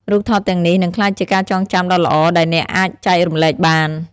រូបថតទាំងនេះនឹងក្លាយជាការចងចាំដ៏ល្អដែលអ្នកអាចចែករំលែកបាន។